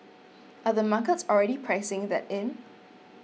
are the markets already pricing that in